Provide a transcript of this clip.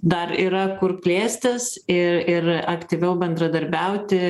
dar yra kur plėstis ir ir aktyviau bendradarbiauti